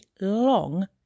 long